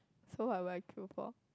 so what would I kill for